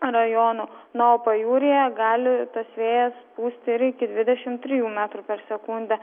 rajonų na o pajūryje gali tas vėjas pūsti ir iki dvidešim trijų metrų per sekundę